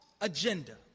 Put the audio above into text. agenda